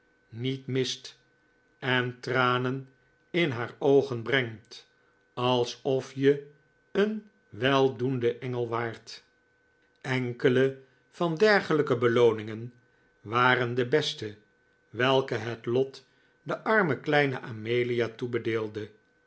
niet mist en tranen in haar oogen brengt alsof je een weldoende engel waart enkele van dergelijke belooningen waren de beste welke het lot de arme kleine amelia toebedeelde